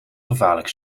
gevaarlijk